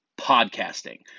podcasting